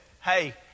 hey